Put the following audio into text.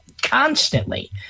constantly